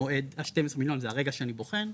המועד ל-12 מיליון זה הרגע שאני בוחן,